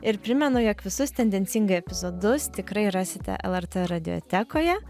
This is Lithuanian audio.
ir primenu jog visus tendencingai epizodus tikrai rasite lrt radijotekoje